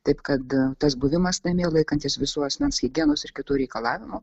taip kad tas buvimas namie laikantis visų asmens higienos ir kitų reikalavimų